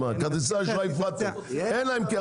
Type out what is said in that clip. הפרדתם כרטיסי אשראי, אין להם כסף.